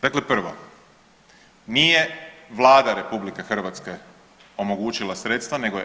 Dakle, prvo nije Vlada RH omogućila sredstva nego je EU.